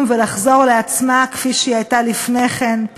ולחזור לעצמה כפי שהיא הייתה לפני כן,